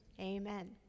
Amen